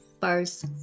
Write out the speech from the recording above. first